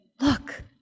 look